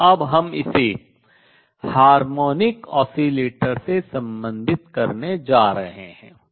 और अब हम इसे हार्मोनिक ऑसिलेटर सरल आवर्ती दोलक से सम्बंधित करने जा रहे हैं